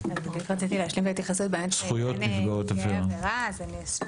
זכויות נפגעות עבירה.